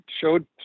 showed